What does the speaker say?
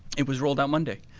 it was rolled out monday.